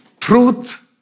Truth